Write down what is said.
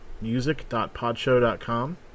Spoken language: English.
music.podshow.com